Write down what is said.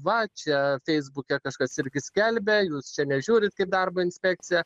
va čia feisbuke kažkas irgi skelbia jūs čia nežiūrit kaip darbo inspekcija